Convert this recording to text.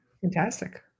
fantastic